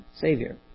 Savior